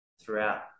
throughout